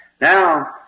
Now